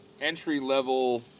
entry-level